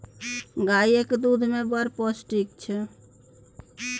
गाएक दुध मे बड़ पौष्टिक छै